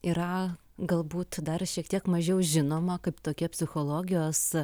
yra galbūt dar šiek tiek mažiau žinoma kaip tokia psichologijos